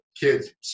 kids